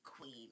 queen